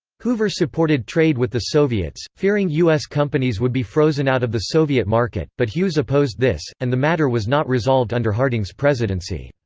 hoover supported trade with the soviets, fearing u s. companies would be frozen out of the soviet market, but hughes opposed this, and the matter was not resolved under harding's presidency.